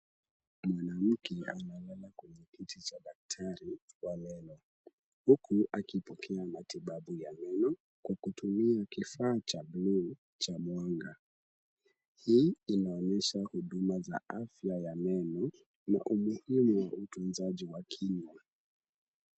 Mwanamke amelala kwenye kiti cha daktari wa meno, huku akipokea matibabu ya meno kwa kutumia kifaa cha buluu cha mwanga. Hii inaonyesha huduma za afya ya meno na umuhimu utunzaji wa kinywa.